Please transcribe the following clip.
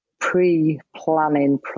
pre-planning